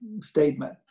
statement